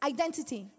identity